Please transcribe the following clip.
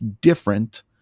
different